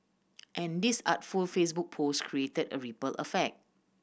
and this artful Facebook post created a ripple effect